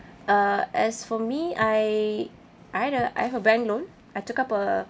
uh as for me I I have a bank loan I took up a